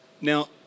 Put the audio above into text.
now